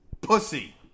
Pussy